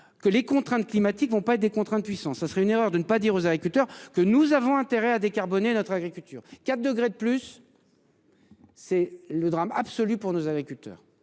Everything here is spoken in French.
que les contraintes climatiques vont pas des contraintes puissant, ce serait une erreur de ne pas dire aux agriculteurs que nous avons intérêt à décarboner notre agriculture 4 degrés de plus. C'est le drame absolu pour nos agriculteurs